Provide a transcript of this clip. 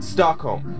Stockholm